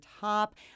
top